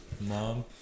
mom